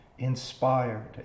inspired